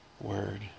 word